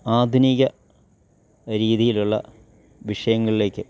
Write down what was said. ആധുനിക രീതിയിലുള്ള വിഷയങ്ങളിലേക്ക്